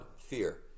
fear